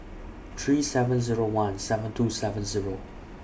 three seven Zero one seven two seven Zero